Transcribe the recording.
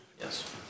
Yes